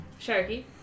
Sharky